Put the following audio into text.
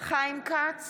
חיים כץ